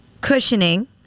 cushioning